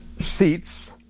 seats